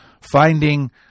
Finding